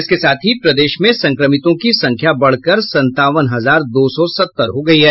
इसके साथ ही प्रदेश में संक्रमितों की संख्या बढ़कर संतावन हजार दो सौ सत्तर हो गयी है